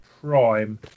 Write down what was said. Prime